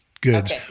goods